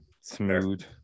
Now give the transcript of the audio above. smooth